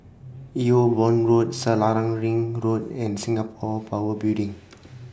EU Boon Road Selarang Ring Road and Singapore Power Building